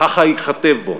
וככה ייכתב בו: